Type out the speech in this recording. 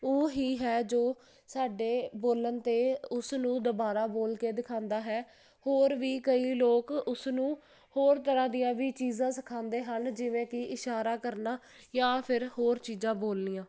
ਉਹੀ ਹੈ ਜੋ ਸਾਡੇ ਬੋਲਣ 'ਤੇ ਉਸਨੂੰ ਦੁਬਾਰਾ ਬੋਲ ਕੇ ਦਿਖਾਉਂਦਾ ਹੈ ਹੋਰ ਵੀ ਕਈ ਲੋਕ ਉਸ ਨੂੰ ਹੋਰ ਤਰ੍ਹਾਂ ਦੀਆਂ ਵੀ ਚੀਜ਼ਾਂ ਸਿਖਾਉਂਦੇ ਹਨ ਜਿਵੇਂ ਕਿ ਇਸ਼ਾਰਾ ਕਰਨਾ ਜਾਂ ਫਿਰ ਹੋਰ ਚੀਜ਼ਾਂ ਬੋਲਣੀਆਂ